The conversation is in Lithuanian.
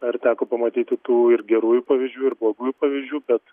na ir teko pamatyti tų ir gerųjų pavyzdžių ir blogų pavyzdžių bet